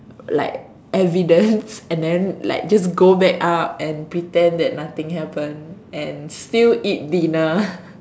like evidence and then like just go back up and pretend that nothing happen and still eat dinner